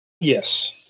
Yes